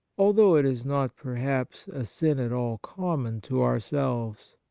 although it is not perhaps a sin at all common to ourselves.